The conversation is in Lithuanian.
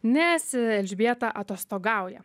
nes elžbieta atostogauja